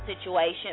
situation